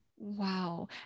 Wow